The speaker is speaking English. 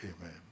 Amen